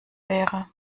wäre